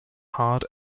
hard